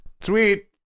sweet